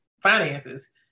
finances